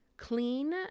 Clean